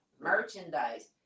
Merchandise